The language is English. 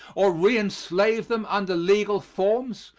or re-enslave them under legal forms,